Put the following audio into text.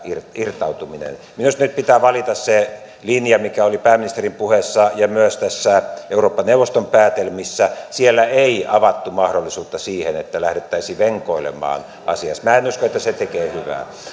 irtautuminen minusta nyt pitää valita se linja mikä oli pääministerin puheessa ja myös eurooppa neuvoston päätelmissä siellä ei avattu mahdollisuutta siihen että lähdettäisiin venkoilemaan asiassa minä en usko että se tekee hyvää